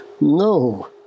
No